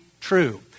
true